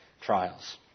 trials